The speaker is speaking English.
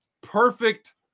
perfect